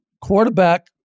quarterback